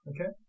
Okay